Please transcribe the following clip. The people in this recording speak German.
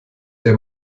der